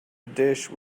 dish